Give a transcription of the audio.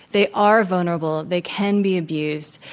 they are vulnerable. they can be abused.